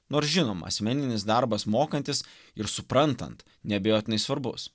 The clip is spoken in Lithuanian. nors žinoma asmeninis darbas mokantis ir suprantant neabejotinai svarbus